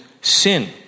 sin